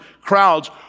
crowds